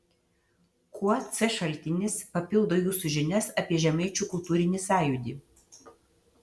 kuo c šaltinis papildo jūsų žinias apie žemaičių kultūrinį sąjūdį